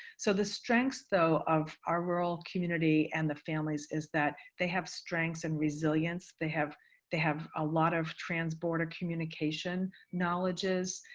so the strengths, though, of our rural community and the families is that they have strengths and resilience, they have they have a lot of trans-border communication knowledges.